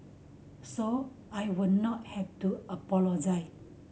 so I would not have to apologise